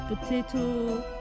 potato